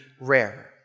rare